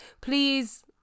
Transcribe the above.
Please